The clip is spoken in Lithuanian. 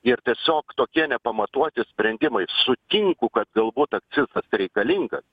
ir tiesiog tokie nepamatuoti sprendimai sutinku kad galbūt akcizas reikalingas